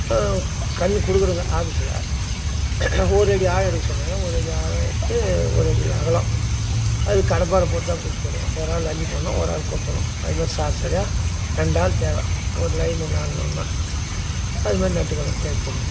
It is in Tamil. கன்று கொடுக்கறவுங்க ஆஃபீசில் ஒரு அடி ஆழம் எடுக்க சொன்னாங்க ஒரு அடி ஆழம் எடுத்து ஒரு அடி அகலம் அது கடப்பாறை போட்டு தான் குத்தி எடுக்கணும் ஒரு ஆள் அள்ளிப் போடணும் ஒரு ஆள் கொத்தணும் அது மாதிரி சாரை சாரையாக ரெண்டு ஆள் தேவை ஒரு லைனு நடணுன்னா அது மாதிரி நட்டுக்கணும் தேக்கு கன்று